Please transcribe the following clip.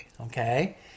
Okay